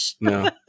no